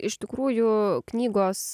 iš tikrųjų knygos